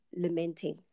lamenting